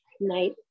night